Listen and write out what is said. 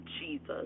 jesus